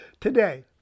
Today